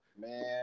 Man